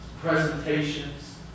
presentations